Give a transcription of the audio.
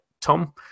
Tom